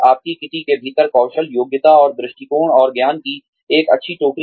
आपकी किटी के भीतर कौशल योग्यता और दृष्टिकोण और ज्ञान की एक अच्छी टोकरी